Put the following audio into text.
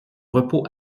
repos